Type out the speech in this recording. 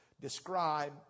describe